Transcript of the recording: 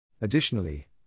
Additionally